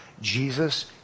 Jesus